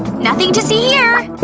nothing to see here!